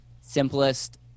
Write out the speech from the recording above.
simplest